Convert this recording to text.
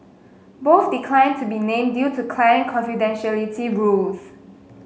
both declined to be named due to client confidentiality rules